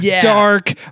dark